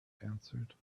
answered